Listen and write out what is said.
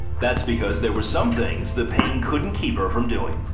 that's because there was some things the pain couldn't keep her from doing.